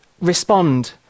respond